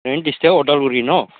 नोंनि डिस्टिक्टआ उदालगुरि न'